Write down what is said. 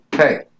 Hey